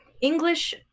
english